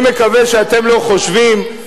שמה שאתם עושים,